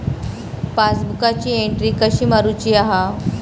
पासबुकाची एन्ट्री कशी मारुची हा?